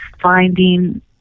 finding